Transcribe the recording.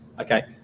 Okay